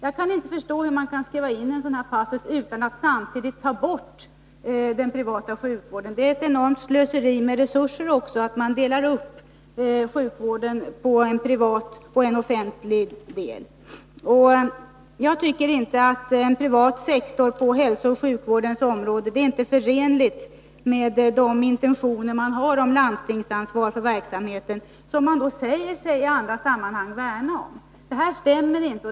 Jag kan inte förstå hur man kan skriva in en sådan här passus i sjukvårdslagen utan att ta bort den privata sjukvården. Det är också ett enormt slöseri med resurser att dela upp sjukvården i en privat och en offentlig del. Jag tycker inte att en privat sektor på hälsooch sjukvårdens område är förenlig med de intentioner man har om landstingens ansvar för verksamheten. Landstingens ansvar är ju något som man i andra sammanhang säger sig värna om. Detta stämmer inte.